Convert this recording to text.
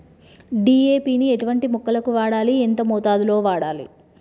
DAP ని ఎటువంటి మొక్కలకు వాడాలి? ఎంత మోతాదులో వాడాలి?